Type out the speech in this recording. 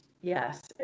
Yes